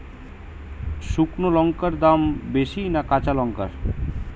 শুক্নো লঙ্কার দাম বেশি না কাঁচা লঙ্কার?